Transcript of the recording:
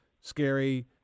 scary